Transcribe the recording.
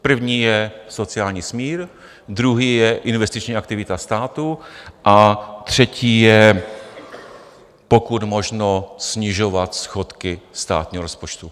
První je sociální smír, druhý je investiční aktivita státu a třetí je pokud možno snižovat schodky státního rozpočtu.